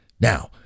Now